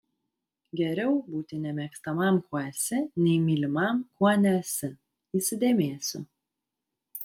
geriau būti nemėgstamam kuo esi nei mylimam kuo nesi įsidėmėsiu